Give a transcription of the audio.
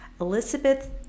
elizabeth